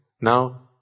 now